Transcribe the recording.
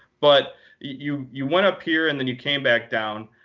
but you you went up here, and then you came back down.